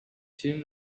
two